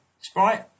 Sprite